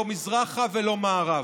לא מזרחה ולא מערבה.